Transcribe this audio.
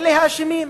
אלה האשמים.